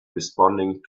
responding